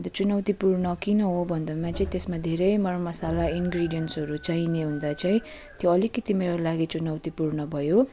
अन्त चुनौतीपूर्ण किन हो भन्दामा चाहिँ त्यसमा धेरै मर मसला इन्ग्रिडियन्सहरू चाहिने हुँदा चाहिँ त्यो अलिकति मेरो लागि चुनौतीपूर्ण भयो